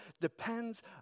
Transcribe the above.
depends